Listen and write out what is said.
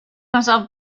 himself